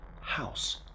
house